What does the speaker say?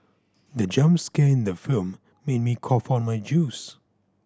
the jump scare in the film made me cough out my juice